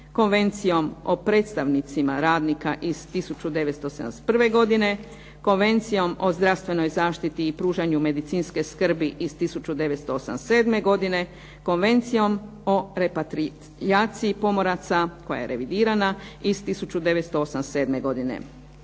Konvencijom o predstavnicima radnika iz 1971. godine, Konvencijom o zdravstvenoj zaštiti i pružanju medicinske skrbi iz 1987. godine, Konvencijom o repatrijaciji pomoraca koja je revidirana iz 1987. godine.